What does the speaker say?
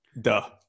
Duh